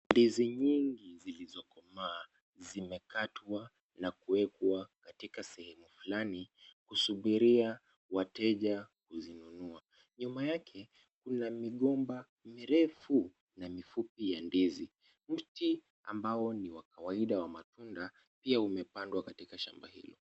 Ndizi nyingi zilizokomaa zimekatwa na kuwekwa katika sehemu fulani kusubiria wateja kuzinunua. Nyuma yake kuna migomba mirefu na mifupi ya ndizi. Mti ambao ni wa kawaida wa matunda, pia umepandwa katika shamba hilo.